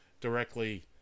directly